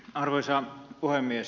arvoisa puhemies